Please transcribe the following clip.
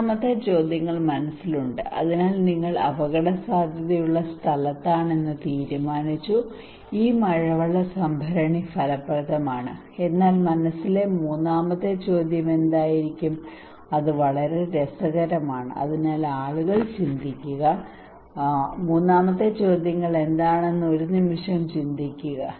മൂന്നാമത്തെ ചോദ്യങ്ങൾ മനസ്സിലുണ്ട് അതിനാൽ നിങ്ങൾ അപകടസാധ്യതയുള്ള സ്ഥലത്താണ് എന്ന് നിങ്ങൾ തീരുമാനിച്ചു ഈ മഴവെള്ള സംഭരണി ഫലപ്രദമാണ് എന്നാൽ മനസ്സിലെ മൂന്നാമത്തെ ചോദ്യം എന്തായിരിക്കും അത് വളരെ രസകരമാണ് അതിനാൽ ആളുകൾ ചിന്തിക്കുന്ന മൂന്നാമത്തെ ചോദ്യങ്ങൾ എന്താണെന്ന് ഒരു നിമിഷം ചിന്തിക്കുക